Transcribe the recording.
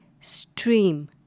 stream